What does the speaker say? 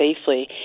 safely